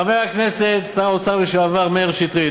חבר הכנסת ושר האוצר לשעבר מאיר שטרית,